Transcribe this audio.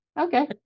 okay